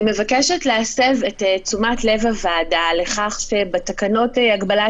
אני מבקשת להסב תשומת לב הוועדה לכך שבתקנות הגבלת